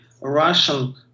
Russian